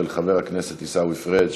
של חבר הכנסת עיסאווי פריג'.